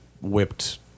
whipped